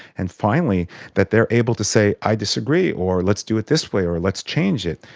and finally that they are able to say i disagree or let's do it this way or let's change it.